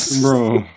Bro